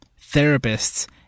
therapists